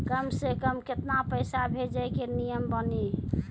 कम से कम केतना पैसा भेजै के नियम बानी?